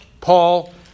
Paul